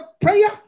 prayer